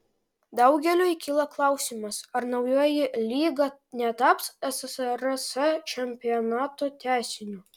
daugeliui kyla klausimas ar naujoji lyga netaps ssrs čempionato tęsiniu